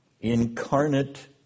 Incarnate